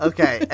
Okay